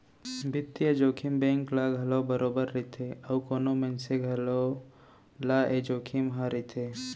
बित्तीय जोखिम बेंक ल घलौ बरोबर रइथे अउ कोनो मनसे घलौ ल ए जोखिम ह रइथे